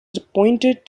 appointed